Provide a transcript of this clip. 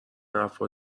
حرفا